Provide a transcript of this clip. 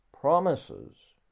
promises